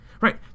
right